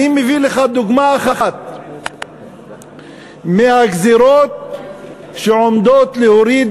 אני מביא לך דוגמה אחת מהגזירות שעומדות להוריד